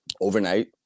overnight